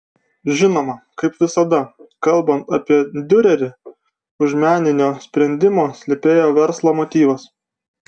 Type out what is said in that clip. žinoma kaip visada kalbant apie diurerį už meninio sprendimo slypėjo verslo motyvas